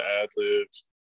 ad-libs